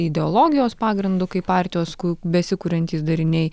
ideologijos pagrindu kaip partijos ku besikuriantys dariniai